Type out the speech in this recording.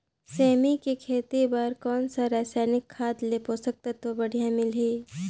सेमी के खेती बार कोन सा रसायनिक खाद ले पोषक तत्व बढ़िया मिलही?